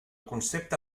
concepte